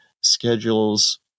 schedules